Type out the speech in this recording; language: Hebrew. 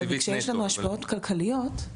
אבל כשיש השפעות כלכליות,